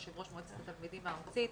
יושב ראש מועצת התלמידים הארצית.